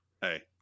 hey